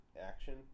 action